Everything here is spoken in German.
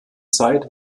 zeit